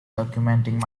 documenting